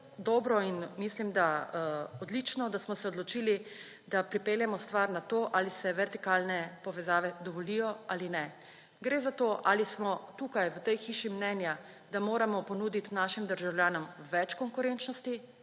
dobro in mislim, da odlično, da smo se odločili, da pripeljemo stvar na to, ali se vertikalne povezave dovolijo ali ne. Gre za to, ali smo tukaj, v tej hiši mnenja, da moramo ponuditi našim državljanom več konkurenčnosti